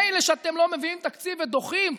מילא שאתם לא מביאים תקציב ודוחים,